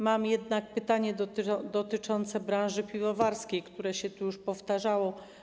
Mam jednak pytanie dotyczące branży piwowarskiej, które tu już się powtarzało.